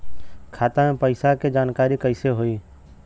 खाता मे पैसा के जानकारी कइसे होई?